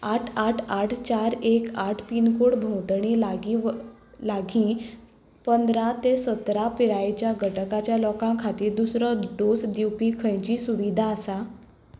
आठ आठ आठ चार एक आठ पिनकोडा भोंवतणी लागी लागी पंदरा ते सतरा पिरायेच्या गटाच्या लोकां खातीर दुसरो डोस दिवपी खंयची सुविधा आसा